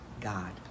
God